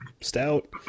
stout